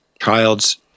child's